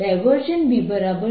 B0 છે